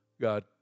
God